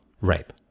rape